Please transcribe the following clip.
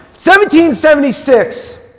1776